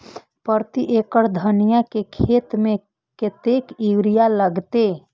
प्रति एकड़ धनिया के खेत में कतेक यूरिया लगते?